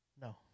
No